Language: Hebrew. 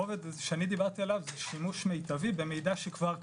הרובד שאני דברתי עליו זה שימוש מיטבי במידע שכבר קיים,